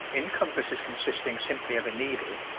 in compasses consisting simply of a needle,